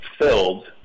filled